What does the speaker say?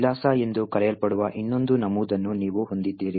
ವಿಳಾಸ ಎಂದು ಕರೆಯಲ್ಪಡುವ ಇನ್ನೊಂದು ನಮೂದನ್ನು ನೀವು ಹೊಂದಿದ್ದೀರಿ